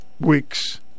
week's